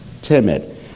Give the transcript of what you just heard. timid